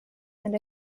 and